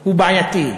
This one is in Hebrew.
הוא בעייתי.